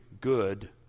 good